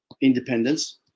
independence